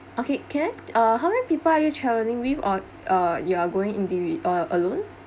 okay can I uh how many people are you travelling with or uh you're going indivi~ uh alone